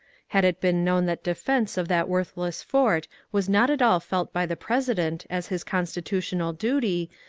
had it been known that defence of that worthless fort was not at all felt by the president as his constitutional duty,